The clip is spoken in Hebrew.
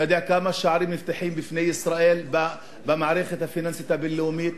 אתה יודע כמה שערים נפתחים בפני ישראל במערכת הפיננסית הבין-לאומית,